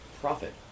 profit